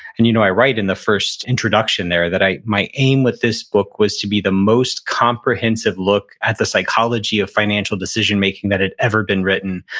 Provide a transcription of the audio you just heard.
and you know i write in the first introduction there that my aim with this book was to be the most comprehensive look at the psychology of financial decision-making that had ever been written,